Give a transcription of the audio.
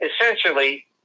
essentially